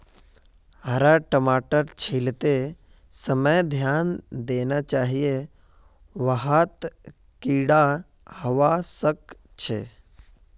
हरा मटरक छीलते समय ध्यान देना चाहिए वहात् कीडा हवा सक छे